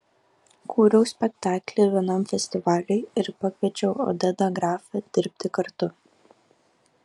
kūriau spektaklį vienam festivaliui ir pakviečiau odedą grafą dirbti kartu